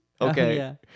Okay